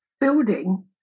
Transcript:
building